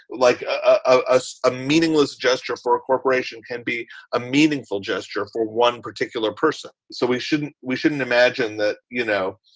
like ah as a meaningless gesture for a corporation can be a meaningful gesture for one particular person. so we shouldn't we shouldn't imagine that, you know,